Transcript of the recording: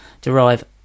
derive